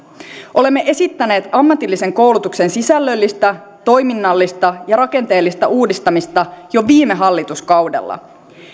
olemme esittäneet ammatillisen koulutuksen sisällöllistä toiminnallista ja rakenteellista uudistamista jo viime hallituskaudella